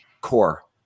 CORE